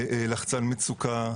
בלחצן מצוקה,